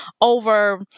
over